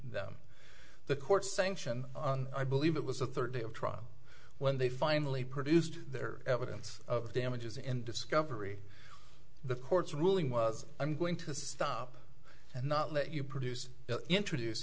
them the court sanction i believe it was a third day of trial when they finally produced their evidence of damages in discovery the court's ruling was i'm going to stop and not let you produce introduce